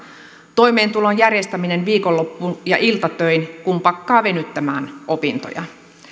toimeentulon järjestäminen viikonloppu ja iltatöin kun pakkaa venyttämään opintoja